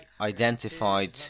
identified